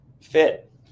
fit